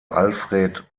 alfred